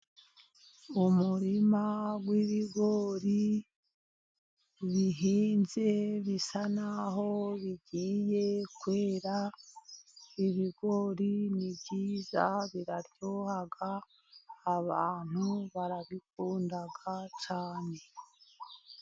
Umurima w'ibigori bihinze bisa n'aho bigiye kwera, ibigori ni byiza, biraryoha, abantu barabikunda cyane.